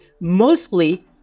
mostly